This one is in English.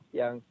yang